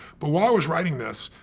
but while i was writing this,